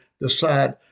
decide